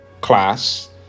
class